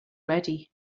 ready